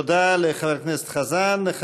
תודה לחבר הכנסת חזן.